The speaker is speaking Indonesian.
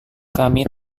kami